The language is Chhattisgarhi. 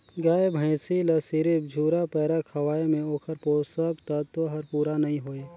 गाय भइसी ल सिरिफ झुरा पैरा खवाये में ओखर पोषक तत्व हर पूरा नई होय